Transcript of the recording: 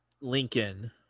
Lincoln